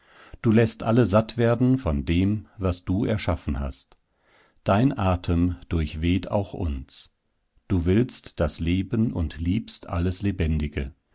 du läßt alle satt werden von dem was du erschaffen hast dein atem durchweht auch uns du willst das leben und liebst alles lebendige